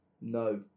No